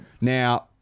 Now